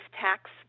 tax